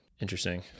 Interesting